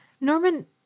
Norman